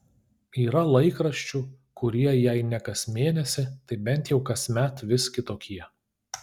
yra laikraščių kurie jei ne kas mėnesį tai bent jau kasmet vis kitokie